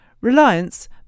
Reliance